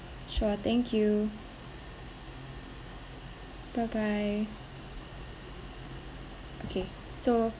sure thank you bye bye okay so